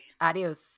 Adios